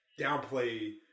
downplay